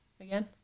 again